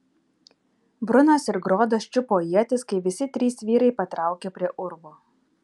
brunas ir grodas čiupo ietis kai visi trys vyrai patraukė prie urvo